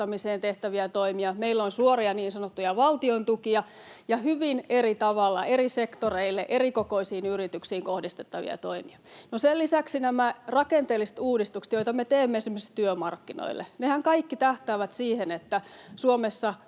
tehtäviä toimia. Meillä on suoria niin sanottuja valtiontukia ja hyvin eri tavalla eri sektoreille, erikokoisiin yrityksiin kohdistettavia toimia. Sen lisäksi nämä rakenteelliset uudistukset, joita me teemme esimerkiksi työmarkkinoille, tähtäävät kaikki siihen, että Suomessa